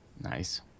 Nice